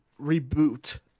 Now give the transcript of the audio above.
reboot